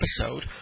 episode